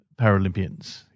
Paralympians